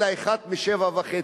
אלא אחת משבע וחצי,